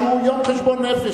שהוא יום חשבון נפש,